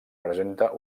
presenta